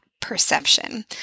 perception